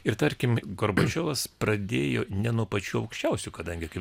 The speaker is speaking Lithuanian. ir tarkim gorbačiovas pradėjo ne nuo pačių aukščiausių kadangi kaip